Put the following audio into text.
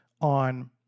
on